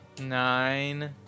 Nine